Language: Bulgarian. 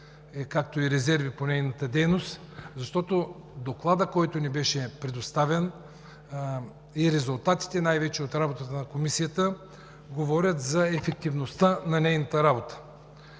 както и резерви по нейната дейност, защото Докладът, който ни беше предоставен, и резултатите най-вече от работата на Комисията говорят за ефективността на нейната работа.